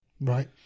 Right